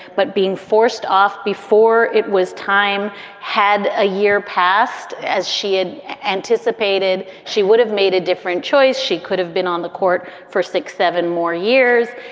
but being forced off before it was time had a year passed as she had anticipated. she would have made a different choice. she could have been on the court for six, seven more years.